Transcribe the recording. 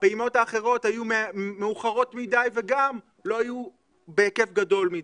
הפעימות האחרות היו מאוחרות מדי וגם לא היו בהיקף גדול מדי.